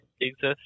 exist